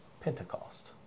Pentecost